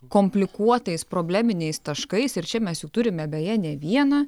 komplikuotais probleminiais taškais ir čia mes jų turime beje ne vieną